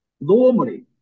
Normally